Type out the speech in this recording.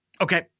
okay